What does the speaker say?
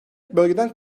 bölgeden